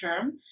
term